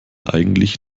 eigentlich